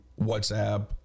WhatsApp